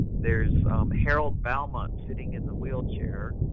there's harold belmont, sitting in the wheelchair.